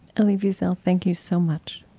elie wiesel, thank you so much